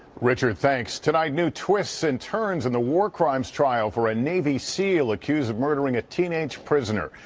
richard, thanks. tonight new twists and turns in a war crimes trial for a navy seal accused of murdering a teenage prisoner.